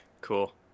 Cool